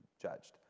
judged